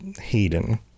Hayden